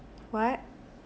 what